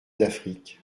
d’afrique